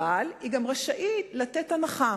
אבל היא גם רשאית לתת הנחה,